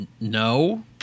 No